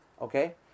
okay